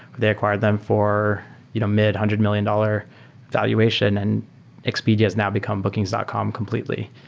they acquired them for you know mid-hundred million dollar valuation, and expedia has now become bookings dot com completely.